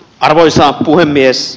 arvoisa puhemies